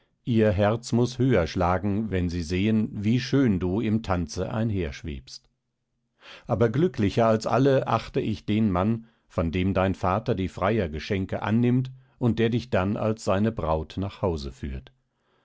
ihr herz muß höher schlagen wenn sie sehen wie schön du im tanze einherschwebst aber glücklicher als alle achte ich den mann von dem dein vater die freiergeschenke annimmt und der dich dann als seine braut nach hause führt